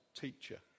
teacher